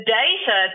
data